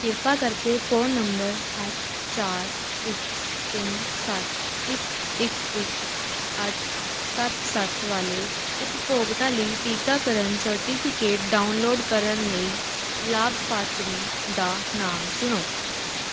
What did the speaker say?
ਕਿਰਪਾ ਕਰਕੇ phone number ਅੱਠ ਚਾਰ ਇੱਕ ਤਿੰਨ ਸੱਤ ਇੱਕ ਇੱਕ ਇੱਕ ਅੱਠ ਸੱਤ ਸੱਤ ਵਾਲੇ ਉਪਭੋਗਤਾ ਲਈ ਟੀਕਾਕਰਨ ਸਰਟੀਫਿਕੇਟ ਡਾਊਨਲੋਡ ਕਰਨ ਲਈ ਲਾਭਪਾਤਰੀ ਦਾ ਨਾਮ ਚੁਣੋ